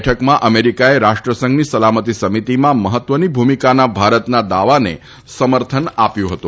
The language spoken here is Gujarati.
બેઠકમાં અમેરિકાએ રાષ્ટ્રસંઘની સલામતી સમિતિમાં મહત્વની ભૂમિકાના ભારતના દાવાને સમર્થન આપ્યું હતું